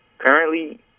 Currently